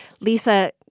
Lisa